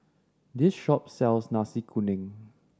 this shop sells Nasi Kuning